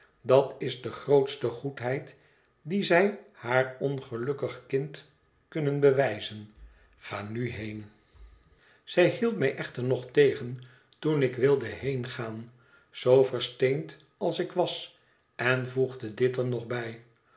dat is de grootste goedheid die zij haar ongelukkig kind kunnen bewijzen ga nu heen zij hield mij echter nog tegen toen ik wilde heengaan zoo versteend als ik was en voegde dit er nog bij